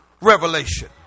revelation